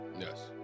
yes